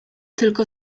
tylko